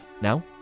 Now